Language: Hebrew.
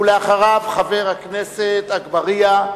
אחריו, חבר הכנסת אגבאריה,